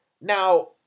Now